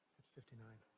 it's fifty nine.